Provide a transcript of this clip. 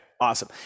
Awesome